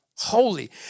holy